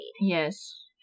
yes